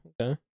Okay